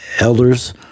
Elders